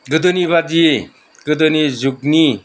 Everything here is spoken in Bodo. गोदोनि बादि गोदोनि जुगनि